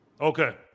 Okay